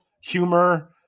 humor